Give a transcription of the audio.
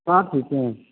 साठि रूपये